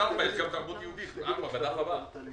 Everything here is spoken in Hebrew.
יש גם תרבות יהודית, בדף הבא.